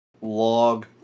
log